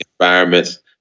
environments